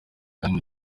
kandi